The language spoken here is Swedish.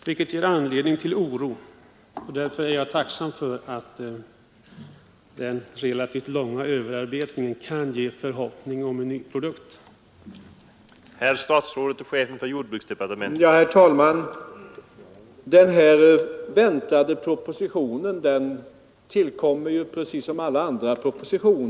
Detta ger anledning till oro, och därför är jag tacksam för att den relativt långa överarbetningen av betänkandet kan ge förhoppning om en ny och bättre produkt.